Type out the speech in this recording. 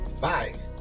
Five